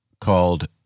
called